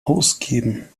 ausgeben